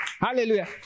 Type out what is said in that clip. Hallelujah